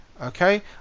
okay